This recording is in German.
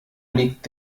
liegt